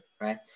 right